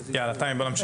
יאללה, תמי, בואי נמשיך.